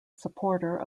supporter